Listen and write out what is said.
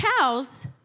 cows